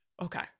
Okay